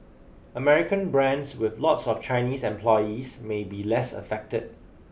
American brands with lots of Chinese employees may be less affected